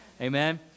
Amen